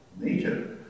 nature